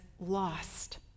lost